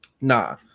nah